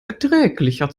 erträglicher